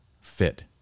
fit